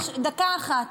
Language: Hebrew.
דקה אחת.